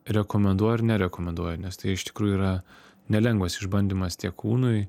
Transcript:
rekomenduoju ir nerekomenduoju nes tai iš tikrųjų yra nelengvas išbandymas tiek kūnui